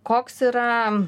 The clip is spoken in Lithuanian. koks yra